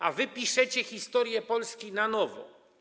A wy piszecie historię Polski na nowo.